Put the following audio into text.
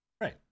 Right